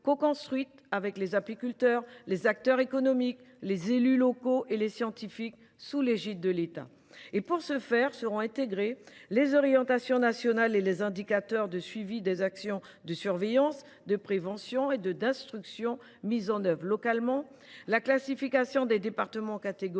coconstruites avec les apiculteurs, les acteurs économiques, les élus locaux et les scientifiques, sous l’égide de l’État. Les orientations nationales et les indicateurs de suivi des actions de surveillance, de prévention et de destruction mises en œuvre localement, la classification des départements en catégories